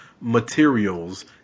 materials